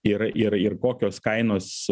ir ir ir kokios kainos